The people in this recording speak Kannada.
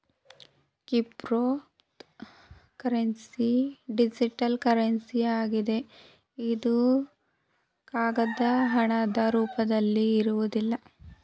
ಕ್ರಿಪ್ತೋಕರೆನ್ಸಿ ಡಿಜಿಟಲ್ ಕರೆನ್ಸಿ ಆಗಿದೆ ಇದು ಕಾಗದ ಹಣದ ರೂಪದಲ್ಲಿ ಇರುವುದಿಲ್ಲ